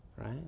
right